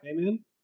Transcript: Amen